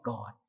God